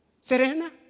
Serena